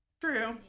True